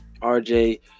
RJ